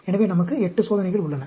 எனவே நமக்கு 8 சோதனைகள் உள்ளன